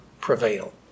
prevail